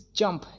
jump